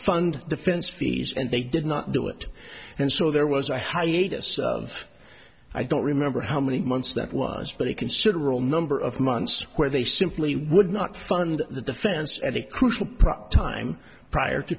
fund defense fees and they did not do it and so there was a high lead us i don't remember how many months that was pretty considerable number of months where they simply would not fund the defense at a crucial time prior to